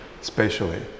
spatially